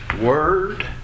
word